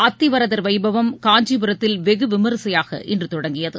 அத்திவரதர் வைபவம் காஞ்சிபுரத்தில் வெகுவிமரிசையாக இன்று தொடங்கியது